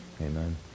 Amen